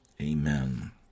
amen